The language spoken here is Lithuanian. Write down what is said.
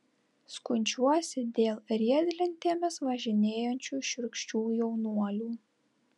skundžiuosi dėl riedlentėmis važinėjančių šiurkščių jaunuolių